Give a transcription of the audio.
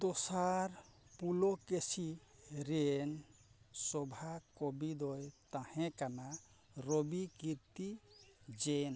ᱫᱚᱥᱟᱨ ᱯᱩᱞᱚᱠᱮᱥᱤ ᱨᱮᱱ ᱥᱚᱵᱷᱟᱠᱚᱵᱤ ᱫᱚᱭ ᱛᱟᱦᱮᱸ ᱠᱟᱱᱟ ᱨᱚᱵᱤ ᱠᱤᱨᱛᱤ ᱡᱚᱭᱱᱚ